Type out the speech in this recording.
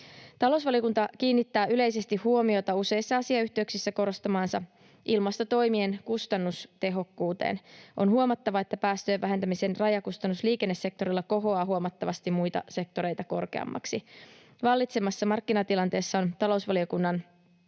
Talousvaliokunta kiinnittää yleisesti huomiota useissa asiayhteyksissä korostamaansa ilmastotoimien kustannustehokkuuteen. On huomattava, että päästöjen vähentämisen rajakustannus liikennesektorilla kohoaa huomattavasti muita sektoreita korkeammaksi. Vallitsevassa markkinatilanteessa on talousvaliokunnan